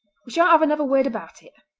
shan't have another word about it